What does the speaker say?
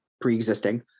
pre-existing